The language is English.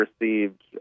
received